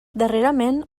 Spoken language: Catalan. darrerament